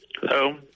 Hello